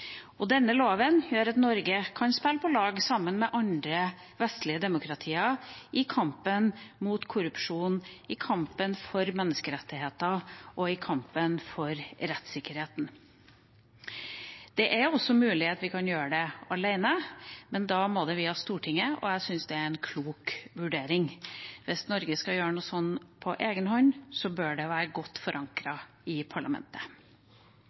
Denne loven gjør at Norge kan spille på lag sammen med andre vestlige demokratier i kampen mot korrupsjon, i kampen for menneskerettigheter og i kampen for rettssikkerhet. Det er også mulig å gjøre dette alene, men da må det via Stortinget, og jeg syns det er en klok vurdering. Hvis Norge skal gjøre noe sånt på egen hånd, bør det være godt forankret i parlamentet.